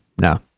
No